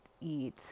eat